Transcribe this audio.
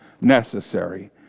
necessary